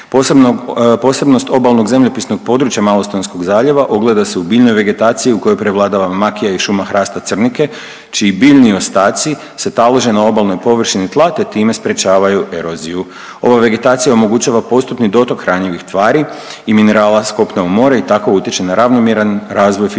Posebnost obalnog zemljopisnog područja Malostonskog zaljeva ogleda se u biljnoj vegetaciji u kojoj prevladava makija i šuma hrasta crnike čiji biljni ostaci se talože na obalnoj površini tla te time sprječavaju eroziju. Ova vegetacija omogućava postupni dotok hranjivih tvari i minerala s kopna u more i tako utječe na ravnomjeran razvoj fitoplanktonskih